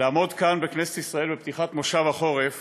לעמוד כאן, בכנסת ישראל, בפתיחת מושב החורף